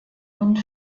und